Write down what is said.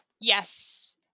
Yes